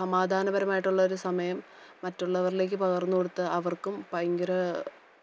സമാധാനപരമായിട്ടുള്ളൊരു സമയം മറ്റുള്ളവരിലേക്ക് പകർന്നുകൊടുത്ത് അവർക്കും ഭയങ്കര